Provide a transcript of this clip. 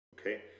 Okay